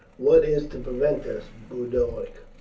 what is to prevent us, boduoc?